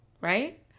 Right